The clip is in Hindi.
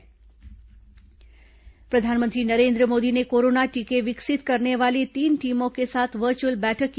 प्रधानमंत्री कोरोना टीका प्रधानमंत्री नरेन्द्र मोदी ने कोरोना टीके विकसित करने वाली तीन टीमों के साथ वर्चुअल बैठक की